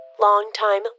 Long-time